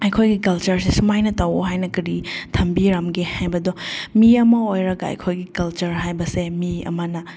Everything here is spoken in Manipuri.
ꯑꯩꯈꯣꯏꯒꯤ ꯀꯜꯆꯔꯁꯦ ꯁꯨꯃꯥꯏꯅ ꯇꯧ ꯍꯥꯏꯅ ꯀꯔꯤ ꯊꯝꯕꯤꯔꯝꯒꯦ ꯍꯥꯏꯕꯗꯣ ꯃꯤ ꯑꯃ ꯑꯣꯏꯔꯒ ꯑꯩꯈꯣꯏꯒꯤ ꯀꯜꯆꯔ ꯍꯥꯏꯕꯁꯦ ꯃꯤ ꯑꯃꯅ